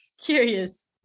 curious